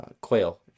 quail